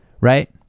Right